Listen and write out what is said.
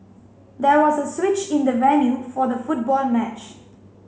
there was a switch in the venue for the football match